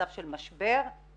מצב של משבר גדול,